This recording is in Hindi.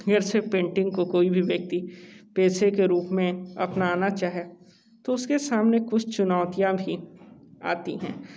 नियर से पेंटिंग को कोई भी व्यक्ति पैशे के रूप में अपनाना चाहे तो उसके सामने कुछ चुनौतियाँ भी आती हैं जैसे